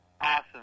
awesome